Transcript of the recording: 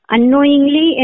Unknowingly